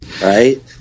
Right